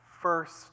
first